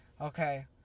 okay